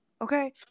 okay